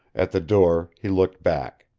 at the door he looked back.